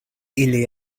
ili